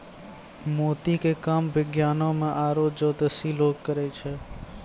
मोती के काम विज्ञानोॅ में आरो जोतिसें लोग करै छै